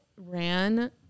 ran